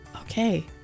okay